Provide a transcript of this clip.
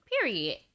Period